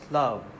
love